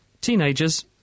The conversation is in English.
teenagers